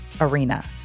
arena